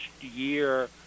year